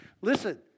Listen